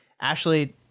Ashley